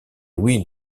louis